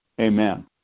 Amen